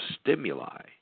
stimuli